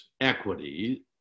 equity